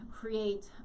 create